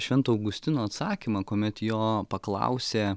švento augustino atsakymą kuomet jo paklausė